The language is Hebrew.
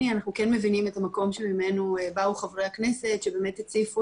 אנחנו כן מבינים את המקום שממנו באו חברי הכנסת שבאמת הציפו